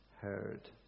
heard